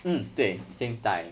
mm 对 same time